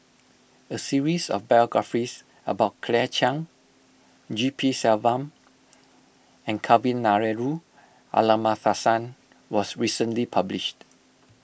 a series of biographies about Claire Chiang G P Selvam and Kavignareru Amallathasan was recently published